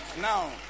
Now